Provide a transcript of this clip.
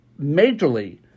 majorly